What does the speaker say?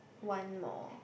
one more